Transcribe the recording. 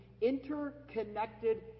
interconnected